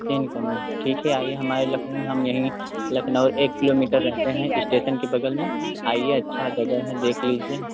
तीन कमरा ठीक है आईए हमारे लखनऊ में हम यहीं लखनऊ एक किलोमीटर रहते हैं इस्टेशन के बगल में आईए अच्छा जगह है देख लीजिए